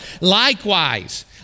Likewise